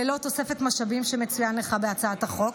ללא תוספת משאבים, שלא מצוינת בהצעת החוק.